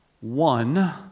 one